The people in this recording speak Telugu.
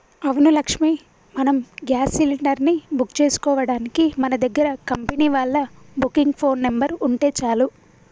అవును లక్ష్మి మనం గ్యాస్ సిలిండర్ ని బుక్ చేసుకోవడానికి మన దగ్గర కంపెనీ వాళ్ళ బుకింగ్ ఫోన్ నెంబర్ ఉంటే చాలు